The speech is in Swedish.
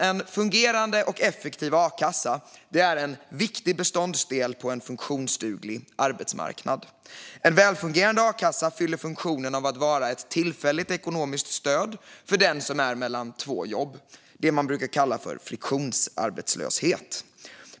En fungerande och effektiv a-kassa är en viktig beståndsdel på en funktionsduglig arbetsmarknad. En välfungerande a-kassa fyller funktionen av att vara ett tillfälligt ekonomiskt stöd för den som är mellan två jobb - det man brukar kalla för friktionsarbetslöshet.